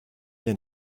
bien